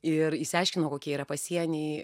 ir išsiaiškinau kokie yra pasieniai